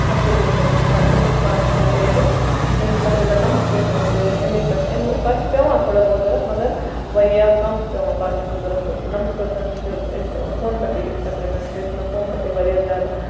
پۄپھتر بیٚنہِ چھِ مےٚ ہیٚچھان بہٕ چھَس پانہٕ ہیٚچھان ٹیلرِنٛگ مےٚ ہیٚوچھ تَقریباً نَمَتھ پرسنٹ ٹیلرِنٛگ امے پیٚٹھ امے پَتہٕ چھ پیٚوان تھوڑا بہت ضوٚرَتھ مگر واریاہ کم چھِ پیٚوان باقیَن ہٕنٛز ضوٚرَتھ نَمَتھ پرسنٹ چھِ أسۍ فونہٕ پیٚٹھے تَقریباً ہیوٚچھ مےٚ فونہٕ پیٚٹھی واریاہ زیادٕ